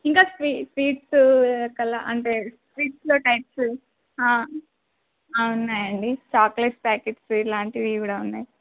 ఇంకా స్వీ స్వీట్స్ కలా అంటే స్వీట్స్లో టైప్స్ ఉన్నాయండి చాక్లెట్స్ ప్యాకెట్స్ ఇలాంటివి కూడా ఉన్నాయి